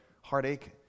heartache